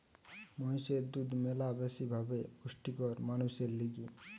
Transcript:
মহিষের দুধ ম্যালা বেশি ভাবে পুষ্টিকর মানুষের লিগে